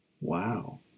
Wow